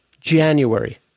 January